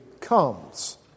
comes